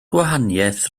gwahaniaeth